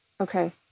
Okay